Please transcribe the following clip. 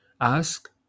Ask